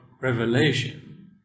revelation